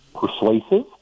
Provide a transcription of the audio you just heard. persuasive